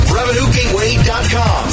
RevenueGateway.com